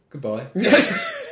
goodbye